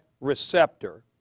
receptor